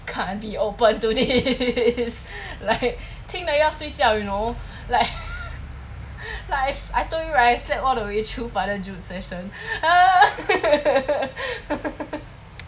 can't be open to this like 听了要睡觉 you know like like I told you right I slept all the way through father jude session ah